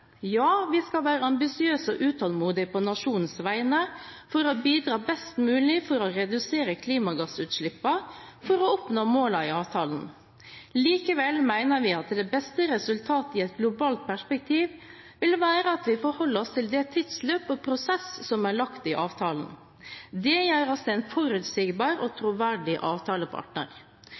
Ja, vi skal være ambisiøse og utålmodige på nasjonens vegne for å bidra best mulig til å redusere klimagassutslippene, for å oppnå målene i avtalen. Likevel mener vi at det beste resultatet i et globalt perspektiv vil være at vi forholder oss til det tidsløpet og den prosessen som er lagt i avtalen. Det gjør oss til en forutsigbar og troverdig avtalepartner.